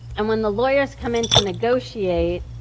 and when the lawyers come in to negotiate,